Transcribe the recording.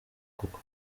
kuko